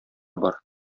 бар